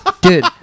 Dude